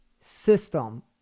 system